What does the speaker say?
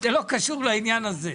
זה לא קשור לעניין הזה.